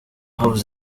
bavuze